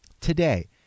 Today